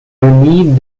denis